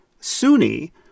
Sunni